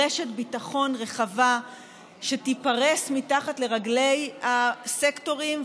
רשת ביטחון רחבה שתיפרש מתחת לרגלי הסקטורים,